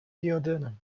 duodenum